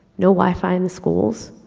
no wifi in the schools,